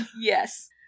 Yes